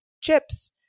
chips